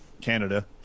Canada